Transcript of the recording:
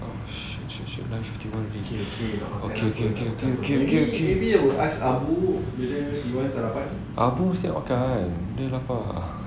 oh shoot shoot shoot nine fifty one already okay okay okay okay abu mesti makan dia lapar